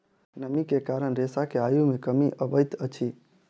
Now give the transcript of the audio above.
नमी के कारण रेशा के आयु मे कमी अबैत अछि